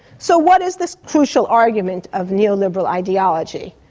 so what is this crucial argument of neoliberal ideology?